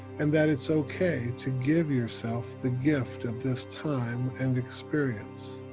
and that it's ok to give yourself the gift of this time and experience,